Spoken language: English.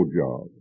job